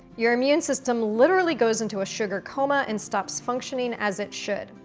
your immune system literally goes into a sugar coma and stops functioning as it should.